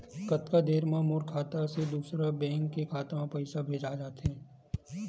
कतका देर मा मोर खाता से दूसरा बैंक के खाता मा पईसा भेजा जाथे?